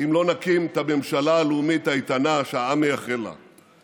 אם לא נקים את הממשלה הלאומית האיתנה שהעם מייחל לה.